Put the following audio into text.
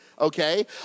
Okay